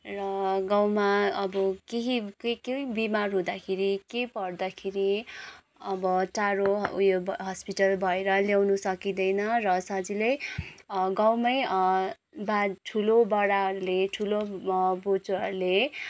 र गाउँमा अब केही के के बिमार हुदाँखेरि के पर्दाखेरि अबो टाडो उयो हस्पिटल भएर ल्याउनु सकिँदैन र सजिलै गाउँमै बा ठुलो बडाहरूले ठुलो बोजूहरूले